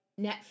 Netflix